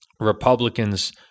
Republicans